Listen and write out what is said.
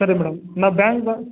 ಸರಿ ಮೇಡಮ್ ನಾನು ಬ್ಯಾಂಕ್